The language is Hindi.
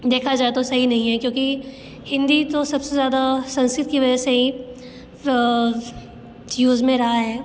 देखा जाए तो सही नहीं है क्योंकि हिन्दी तो सब से ज़्यादा संस्कृत की वजह से ही यूज़ में रहा है